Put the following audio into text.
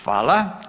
Hvala.